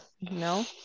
no